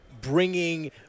bringing –